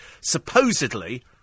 supposedly